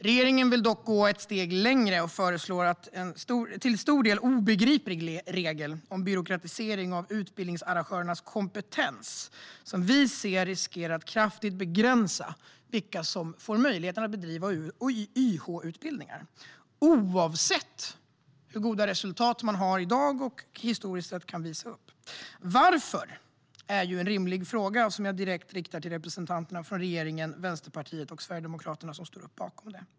Regeringen vill dock gå steget längre och föreslår en till stor del obegriplig regel om byråkratisering av utbildningsarrangörens kompetens, som vi anser riskerar att kraftigt begränsa vilka som får möjlighet att bedriva YH-utbildningar - oavsett hur goda resultat man har i dag och historiskt sett kan visa upp. Varför? Det är en rimlig fråga, och jag riktar den direkt till representanterna för regeringen, Vänsterpartiet och Sverigedemokraterna, som står bakom förslaget.